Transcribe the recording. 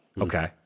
Okay